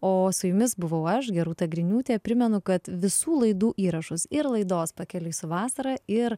o su jumis buvau aš gerūta griniūtė primenu kad visų laidų įrašus ir laidos pakeliui su vasara ir